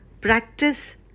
practice